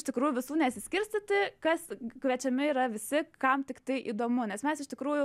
iš tikrųjų visų nesiskirstyti kas kviečiami yra visi kam tiktai įdomu nes mes iš tikrųjų